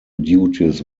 duties